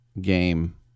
game